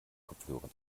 kopfhörer